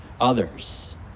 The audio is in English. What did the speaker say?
others